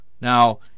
Now